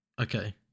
Okay